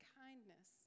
kindness